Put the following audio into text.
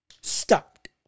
stopped